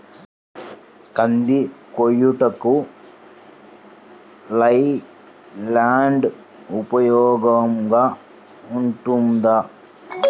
కంది కోయుటకు లై ల్యాండ్ ఉపయోగముగా ఉంటుందా?